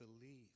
believe